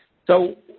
so,